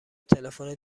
تلفن